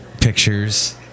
pictures